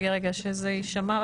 רגע רגע שזה יישמע,